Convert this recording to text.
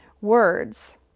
words